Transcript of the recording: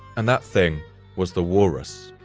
and that thing was the walrus.